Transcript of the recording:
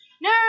No